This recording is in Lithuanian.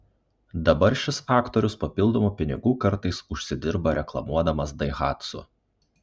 dabar šis aktorius papildomų pinigų kartais užsidirba reklamuodamas daihatsu